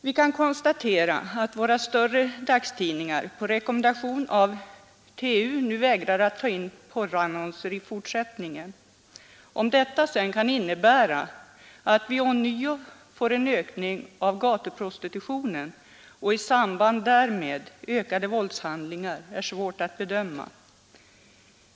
Vi kan konstatera att våra större dagstidningar på rekommendation av TU nu vägrar att ta in ”porrannonser” i fortsättningen. Om detta sedan kan innebära att vi ånyo får en ökning av gatuprostitutionen och i samband därmed ökade våldshandlingar är svårt att bedöma.